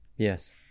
Yes